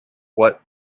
what